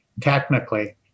technically